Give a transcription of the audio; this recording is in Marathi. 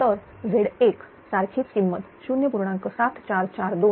तरZ1 सारखीच किंमत 0